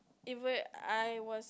even I was